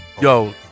yo